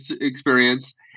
experience